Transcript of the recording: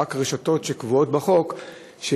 רק רשתות שקבועות בחוק,